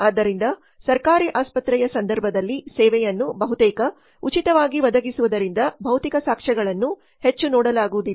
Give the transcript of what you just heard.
ಆದ್ದರಿಂದ ಸರ್ಕಾರಿ ಆಸ್ಪತ್ರೆಯ ಸಂದರ್ಭದಲ್ಲಿ ಸೇವೆಯನ್ನು ಬಹುತೇಕ ಉಚಿತವಾಗಿ ಒದಗಿಸುವುದರಿಂದ ಭೌತಿಕ ಸಾಕ್ಷ್ಯಗಳನ್ನು ಹೆಚ್ಚು ನೋಡಲಾಗುವುದಿಲ್ಲ